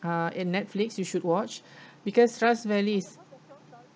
uh in netflix you should watch because rust valley is